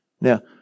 Now